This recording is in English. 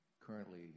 currently